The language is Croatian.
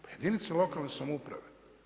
Pa jedinice lokalne samouprave.